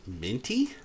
minty